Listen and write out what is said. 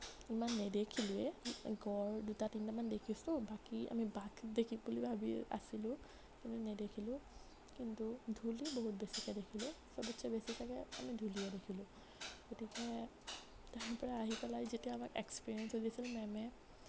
ইমান নেদেখিলোৱেই গঁড় দুটা তিনিটামান দেখিছোঁ বাকী আমি বাঘ দেখিম বুলি ভাবি আছিলোঁ কিন্তু নেদেখিলোঁ কিন্তু ধূলি বহুত বেছিকে দেখিলোঁ সবতকৈ বেছি চাগে আমি ধূলিয়েই দেখিলোঁ গতিকে তাৰপৰা আহি পেলাই যেতিয়া আমাক এক্সপেৰিয়েঞ্চ সুধিছিল মেমে